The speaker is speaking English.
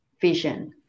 vision